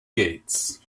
gates